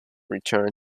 return